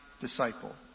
disciple